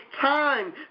time